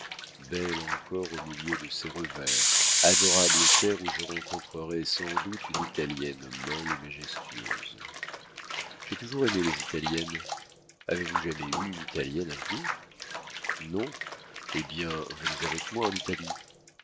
belle encore au milieu de ses revers adorable terre où je rencontrerai sans doute une italienne molle et majestueuse j'ai toujours aimé les italiennes avez-vous jamais eu une italienne à vous non eh bien venez avec moi en italie